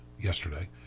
yesterday